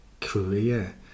career